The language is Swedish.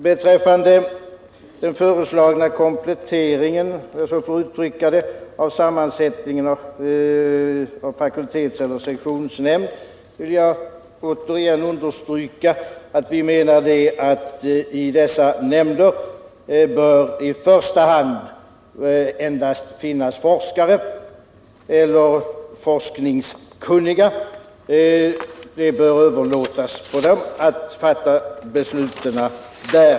Beträffande den föreslagna kompletteringen — om jag så får uttrycka det — av sammansättningen av fakultetseller sektionsnämnd vill jag återigen understryka att vi menar att det i dessa nämnder i första hand bör ingå forskare eller forskningskunniga. Det bör överlåtas på dem att fatta besluten.